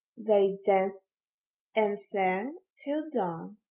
they danced and sang till dawn.